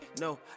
no